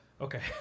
Okay